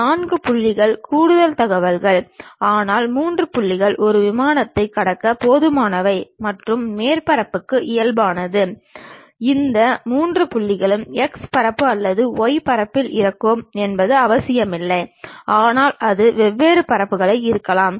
நான்கு புள்ளிகள் கூடுதல் தகவல்கள் ஆனால் மூன்று புள்ளிகள் ஒரு விமானத்தை கடக்க போதுமானவை மற்றும் மேற்பரப்புக்கு இயல்பானது இந்த மூன்று புள்ளிகளும் x பரப்பு அல்லது y பரப்பில் இருக்கும் என்பது அவசியமில்லை ஆனால் அது வெவ்வேறு பரப்புகளில் இருக்கலாம்